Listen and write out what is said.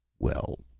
well,